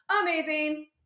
amazing